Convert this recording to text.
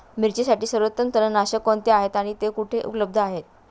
मिरचीसाठी सर्वोत्तम तणनाशक कोणते आहे आणि ते कुठे उपलब्ध आहे?